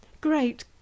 Great